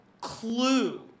clue